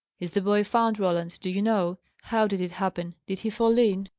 is the boy found, roland, do you know? how did it happen? did he fall in?